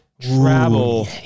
travel